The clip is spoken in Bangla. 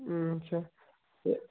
হুম আচ্ছা তে